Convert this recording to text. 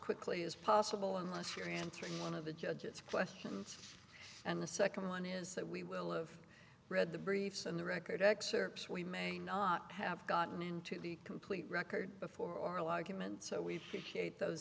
quickly as possible unless you're answering one of the judge's questions and the second one is that we will of read the briefs and the record excerpts we may not have gotten into the complete record before oral arguments so we could shape those